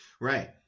Right